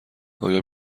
آیا